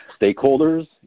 stakeholders